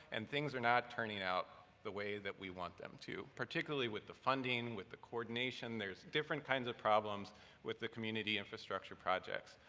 and things are not turning out the way that we want them to, particularly with the funding, with the coordination, there's different kinds of problems with the community infrastructure projects.